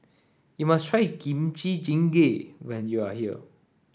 you must try Kimchi Jjigae when you are here